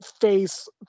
face